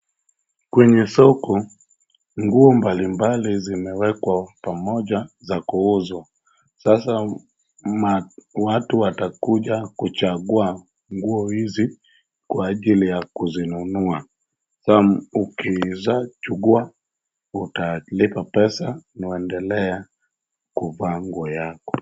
Kwenye soko nguo mbalimbali zimewekwa pamoja za kuuzwa sasa naoan watu watakuja kuchagua nguo hizi kwa ajili ya kuzinunua. Ukiwezachagua utalipa pesa na unaendelea kuvaa nguo yako.